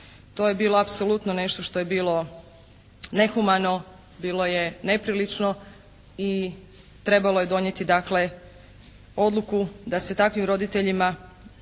To je bilo apsolutno nešto što je bilo nehumano, bilo je neprilično i trebalo je donijeti dakle odluku da se takvim roditeljima